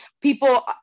people